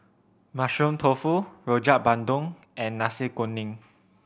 Mushroom Tofu Rojak Bandung and Nasi Kuning